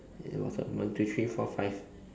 ya what's up one two three four five